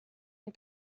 ein